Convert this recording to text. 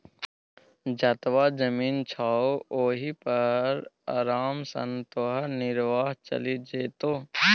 जतबा जमीन छौ ओहि पर आराम सँ तोहर निर्वाह चलि जेतौ